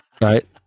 Right